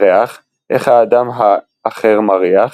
ריח איך האדם האחר מריח,